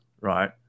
right